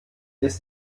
ist